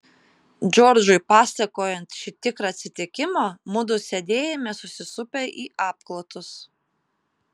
džordžui pasakojant šį tikrą atsitikimą mudu sėdėjome susisupę į apklotus